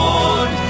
Lord